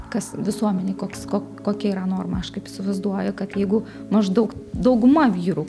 kas visuomenėj koks ko kokia yra norma aš kaip įsivaizduoju kad jeigu maždaug dauguma vyrų